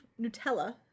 Nutella